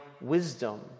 wisdom